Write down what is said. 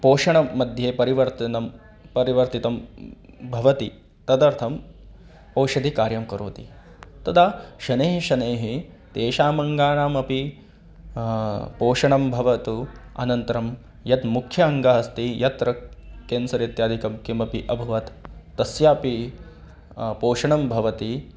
पोषणमध्ये परिवर्तनं परिवर्तितं भवति तदर्थम् ओषधिकार्यं करोति तदा शनैः शनैः तेषामङ्गानाम् अपि पोषणं भवतु अनन्तरं यत्मुख्यम् अङ्गम् अस्ति यत्र केन्सर् इत्यादिकं किमपि अभवत् तस्यापि पोषणं भवति